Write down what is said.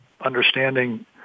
understanding